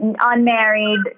unmarried